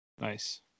Nice